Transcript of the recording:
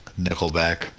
Nickelback